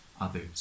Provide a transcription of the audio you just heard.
others